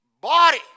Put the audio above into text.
body